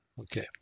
Okay